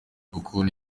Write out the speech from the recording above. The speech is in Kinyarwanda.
ukuntu